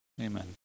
Amen